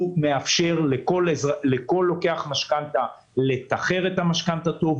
הוא מאפשר לכל לוקח משכנתה לתחר את המשכנתה היטב,